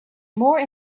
more